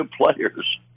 players